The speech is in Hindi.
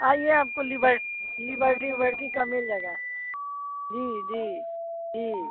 आइए आपको लिबर्ट लिबर्टी उबर्टी का मिल जाएगा जी जी जी